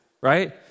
right